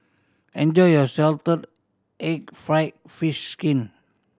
enjoy your salted egg fried fish skin